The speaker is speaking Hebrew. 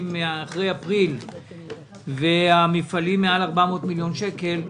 של אחרי אפריל והמפעלים מעל 400 מיליון שקל,